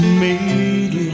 made